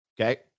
Okay